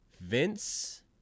Vince